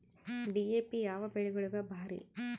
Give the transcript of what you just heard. DAP ಯಾವ ಬೆಳಿಗೊಳಿಗ ಭಾರಿ?